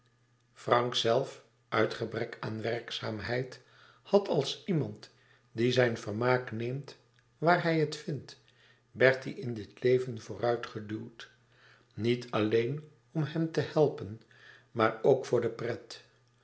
frank zelf uit gebrek aan werkzaamheid had als iemand die zijn vermaak neemt waar hij het vindt bertie in dit leven vooruit geduwd niet alleen om hem te helpen maar ook voor de pret